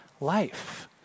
life